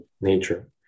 nature